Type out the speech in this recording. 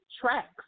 tracks